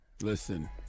Listen